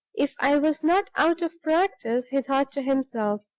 if i was not out of practice, he thought to himself,